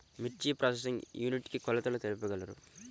మిర్చి processing unit కి కొలతలు తెలుపగలరు?